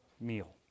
meal